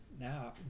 Now